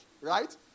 right